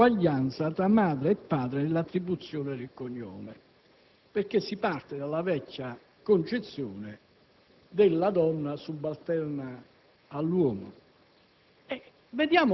A Bruxelles, dove si è rinnegata l'identità giudaico-cristiana dell'Europa, si è detto che